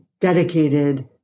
dedicated